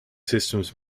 systems